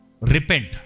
Repent